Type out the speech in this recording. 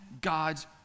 God's